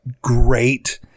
great